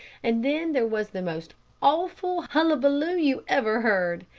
and then there was the most awful hullabaloo you ever heard.